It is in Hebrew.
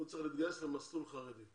הוא צריך להתגייס למסלול חרדי.